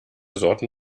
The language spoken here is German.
sorten